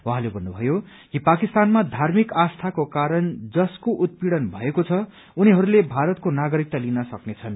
उहाँले भन्नुभयो कि पाकिस्तानमा धार्मिक आस्थाको कारण जसको उत्पीड़न भएको छ उनीहरूले भारतको नागरिकता लिन सक्नेछन्